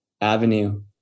avenue